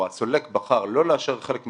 או הסולק בחר לא לאשר חלק מהעסקאות,